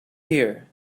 here